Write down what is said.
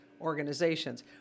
organizations